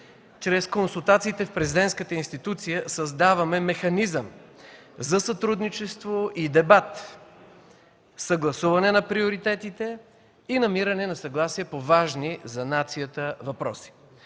Чрез консултациите в президентската институция създаваме механизъм за сътрудничество и дебат, съгласуване на приоритетите и намиране на съгласие по важни за нацията въпроси.